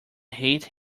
hate